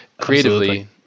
creatively